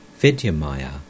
Vidyamaya